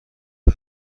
خفه